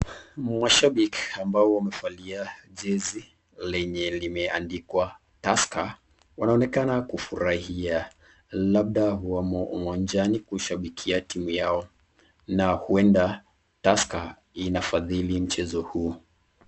Mashabiki ambao wamevalia jezi lenye limeandikwa Tusker wanaonekana kufurahia labda wamo uwanjani kushabikia timu yao na huenda Tusker inafadhili mchezo huu.